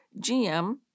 GM